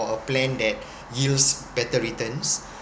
or a plan that yields better returns